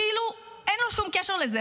כאילו אין לו שום קשר לזה.